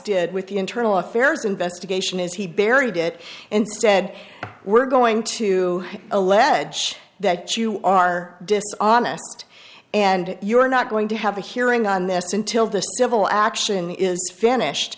did with the internal affairs investigation is he buried it and said we're going to allege that you are dishonest and you're not going to have a hearing on this until the civil action is finished